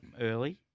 early